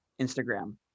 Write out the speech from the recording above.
Instagram